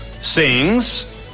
sings